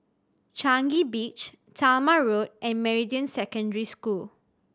Changi Beach Talma Road and Meridian Secondary School